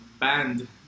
band